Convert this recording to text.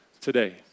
today